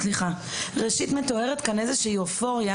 ראשית, מתוארת כאן איזשהו אופוריה